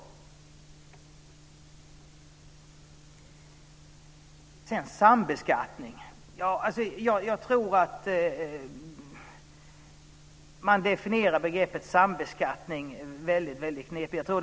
Sedan har vi detta med sambeskattning. Jag tror att man definierar begreppet sambeskattning på ett väldigt knepigt sätt.